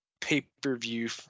pay-per-view